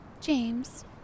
James